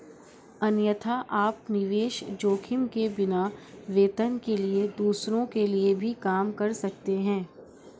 अन्यथा, आप निवेश जोखिम के बिना, वेतन के लिए दूसरों के लिए भी काम कर सकते हैं